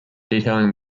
detailing